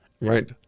Right